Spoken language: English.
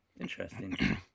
Interesting